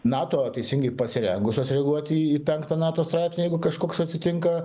nato teisingai pasirengusios reaguoti į penktą nato straipsnį jeigu kažkoks atsitinka